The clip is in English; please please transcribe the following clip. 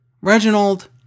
Reginald